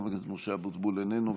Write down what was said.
חבר הכנסת משה אבוטבול איננו,